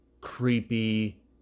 creepy